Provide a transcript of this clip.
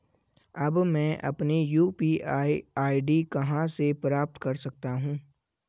अब मैं अपनी यू.पी.आई आई.डी कहां से प्राप्त कर सकता हूं?